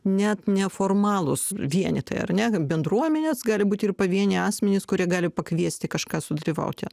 net neformalūs vienetai ar ne bendruomenės gali būti ir pavieniai asmenys kurie gali pakviesti kažką sudalyvauti